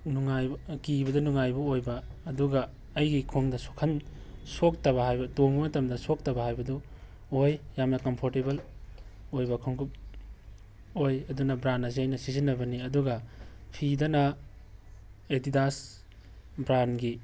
ꯀꯤꯕꯗ ꯅꯨꯡꯉꯥꯏꯕ ꯑꯣꯏꯕ ꯑꯗꯨꯒ ꯑꯩꯒꯤ ꯈꯣꯡꯗꯁꯨ ꯁꯣꯛꯇꯕ ꯍꯥꯏꯕ ꯇꯣꯡꯕ ꯃꯇꯝꯗ ꯁꯣꯛꯇꯕ ꯍꯥꯏꯕꯗꯨ ꯑꯣꯏ ꯌꯥꯝꯅ ꯀꯝꯐꯣꯔꯇꯦꯕꯜ ꯑꯣꯏꯕ ꯈꯣꯡꯎꯞ ꯑꯣꯏ ꯑꯗꯨꯅ ꯕ꯭ꯔꯥꯟ ꯑꯁꯦ ꯑꯩꯅ ꯁꯤꯖꯤꯟꯅꯕꯅꯤ ꯑꯗꯨꯒ ꯐꯤꯗꯅ ꯑꯦꯗꯤꯗꯥꯁ ꯕ꯭ꯔꯥꯟꯒꯤ